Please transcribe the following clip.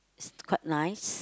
it's quite nice